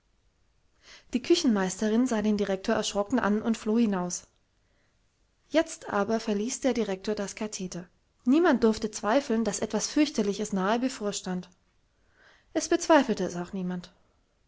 die küchenmeisterin sah den direktor erschrocken an und floh hinaus jetzt aber verließ der direktor das katheder niemand durfte zweifeln daß etwas fürchterliches nahe bevorstand es bezweifelte es auch niemand